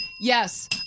Yes